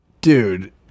Dude